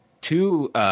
two